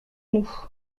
nous